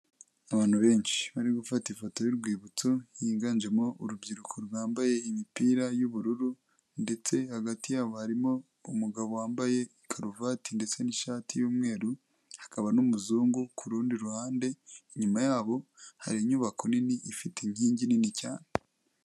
Abantu benshi bari gufata ifoto y'urwibutso yiganjemo urubyiruko rwambaye imipira y'ubururu ndetse hagati yabo harimo umugabo wambaye karuvati ndetse n'ishati y'umweru hakaba n'umuzungu ,kurundi ruhande inyuma yabo hari inyubako nini ifite inkingi nini cyane.